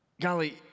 Golly